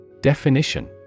Definition